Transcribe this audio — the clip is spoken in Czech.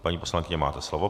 Paní poslankyně, máte slovo.